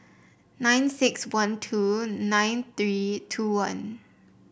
nine six one two nine three two one